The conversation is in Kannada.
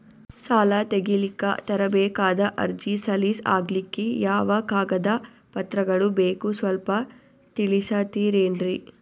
ಸಾಲ ತೆಗಿಲಿಕ್ಕ ತರಬೇಕಾದ ಅರ್ಜಿ ಸಲೀಸ್ ಆಗ್ಲಿಕ್ಕಿ ಯಾವ ಕಾಗದ ಪತ್ರಗಳು ಬೇಕು ಸ್ವಲ್ಪ ತಿಳಿಸತಿರೆನ್ರಿ?